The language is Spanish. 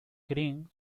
green